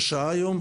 של שעה,